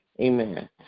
Amen